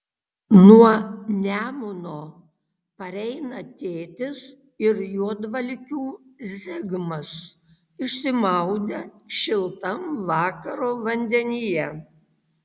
nuo nemuno pareina tėtis ir juodvalkių zigmas išsimaudę šiltam vakaro vandenyje